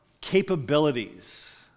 capabilities